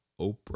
Oprah